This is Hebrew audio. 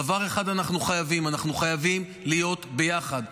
דבר אחד אנחנו חייבים: אנחנו חייבים להיות ביחד,